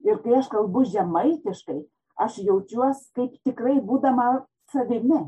ir kai aš kalbu žemaitiškai aš jaučiuos kaip tikrai būdama savimi